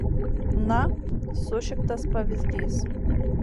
na sušiktas pavyzdys